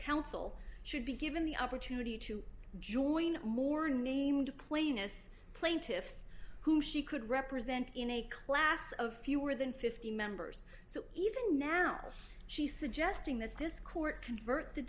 counsel should be given the opportunity to join more named plaintiffs plaintiffs who she could represent in a class of fewer than fifty members so even now she's suggesting that this court convert t